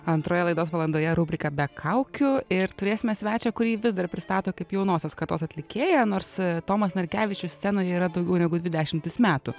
antroje laidos valandoje rubrika be kaukių ir turėsime svečią kurį vis dar pristato kaip jaunosios kartos atlikėją nors tomas narkevičius scenoje yra daugiau negu dvi dešimtis metų